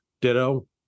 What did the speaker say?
ditto